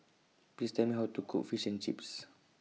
Please Tell Me How to Cook Fish and Chips